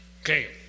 Okay